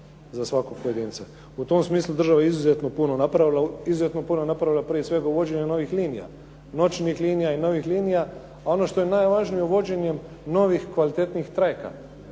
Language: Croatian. puno napravila, izuzetno je puno napravila prije svega u uvođenju novih linija, noćnih linija i novih linija, a ono što je najvažnije, uvođenje novih kvalitetnijih trajekata.